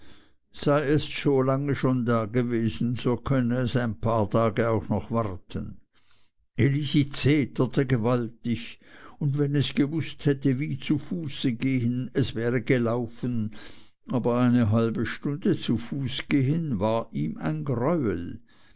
sei es so lange schon dagewesen so könne es ein paar tage auch noch warten elisi zeterte gewaltig und wenn es gewußt hätte wie zu fuße gehen es wäre gelaufen aber eine halbe stunde zu fuße zu gehen war ihm ein greuel